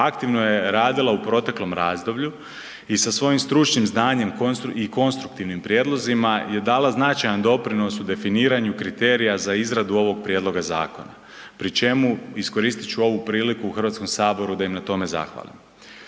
aktivno je radila u proteklom razdoblju i sa svojim stručnim znanjem i konstruktivnim prijedlozima je dala značajan doprinos u definiranju kriterija za izradu ovog prijedloga zakona, pri čemu, iskoristit ću ovu priliku u HS-u da im na tome zahvalim.